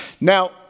Now